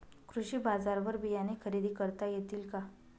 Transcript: कृषी बाजारवर बियाणे खरेदी करता येतील का?